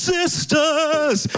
sisters